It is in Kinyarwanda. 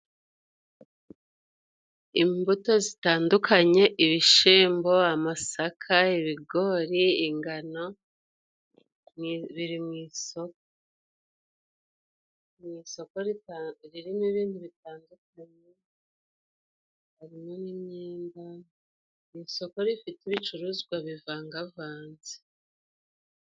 Imbuto zitandukanye ibishimbo, amasaka, ibigori ,ingano biri mu isoko ririmo ibindi bitandukanye harimo n'imyenda. Ni isoko rifite ibicuruzwa bivangavanze.